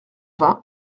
vingt